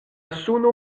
suno